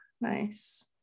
nice